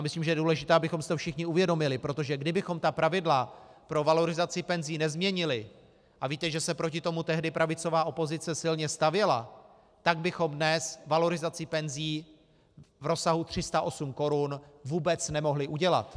Myslím, že je důležité, abychom si to všichni uvědomili, protože kdybychom ta pravidla pro valorizaci penzí nezměnili, a víte, že se proti tomu tehdy pravicová opozice silně stavěla, tak bychom dnes valorizaci penzí v rozsahu 308 korun vůbec nemohli udělat.